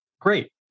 Great